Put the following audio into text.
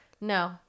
No